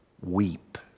Weep